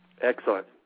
Excellent